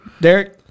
Derek